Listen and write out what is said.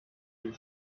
you